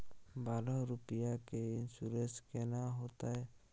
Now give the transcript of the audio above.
बारह रुपिया के इन्सुरेंस केना होतै?